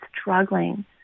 struggling